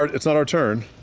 it's not our turn.